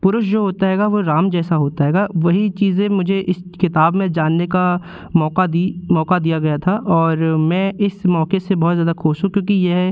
पुरुष जो होता हैगा वह राम जैसा होता हैगा वही चीज़े मुझे इस किताब में जानने का मौका दी मौका दिया गया था और मैं इस मौके से बहुत ज़्यादा खुश हूँ क्योंकि यह